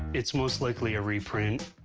it's most likely a reprint.